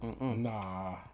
Nah